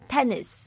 Tennis